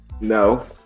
No